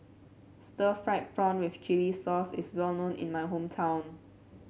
Stir Fried Prawn with Chili Sauce is well known in my hometown